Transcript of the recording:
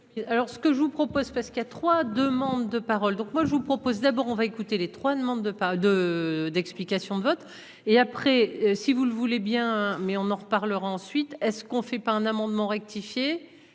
Alors ce que je vous propose parce qu'il y a 3 demandes de parole, donc moi je vous propose d'abord on va écouter les trois demandes de pas de d'explication de vote et après, si vous le voulez bien mais on en reparlera ensuite est-ce qu'on fait pas un amendement rectifié,